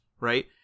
right